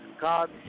God